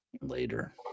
later